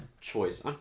choice